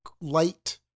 light